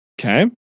Okay